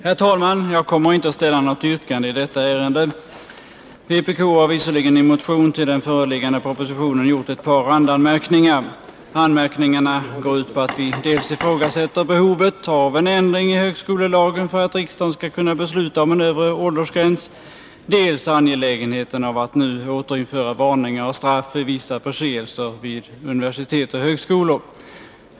Herr talman! Jag kommer inte att ställa något yrkande i detta ärende. Vpk har visserligen i en motion med anledning av propositionen gjort ett par randanmärkningar. Detta går ut på att vi ifrågasätter dels behovet av en ändring i högskolelagen för att riksdagen skall kunna besluta om en övre åldersgräns, dels angelägenheten av att vid universitet och högskolor återinföra varningar och straff för vissa förseelser.